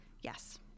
Yes